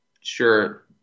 sure